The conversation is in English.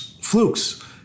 Flukes